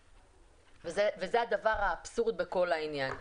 וזה הדבר האבסורד בכל העניין.